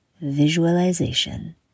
visualization